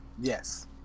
Yes